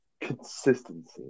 consistency